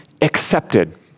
accepted